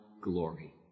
glory